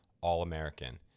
All-American